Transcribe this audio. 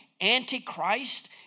antichrist